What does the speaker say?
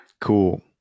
Cool